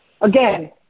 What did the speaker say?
again